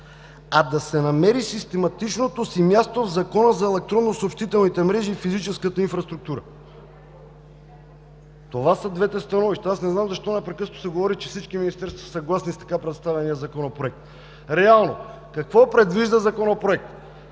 „да си намери систематичното си място в Закона за електронно-съобщителните мрежи и физическата инфраструктура“. Това са двете становища. Аз не знам защо непрекъснато се говори, че всички министерства са съгласни с така предоставения законопроект. Реално – какво предвижда Законопроектът?